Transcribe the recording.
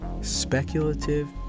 Speculative